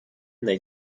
they